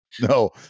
no